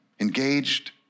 engaged